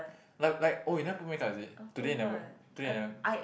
like like oh you never put make-up is it today you never today never